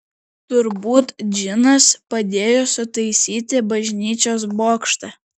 turbūt džinas padėjo sutaisyti bažnyčios bokštą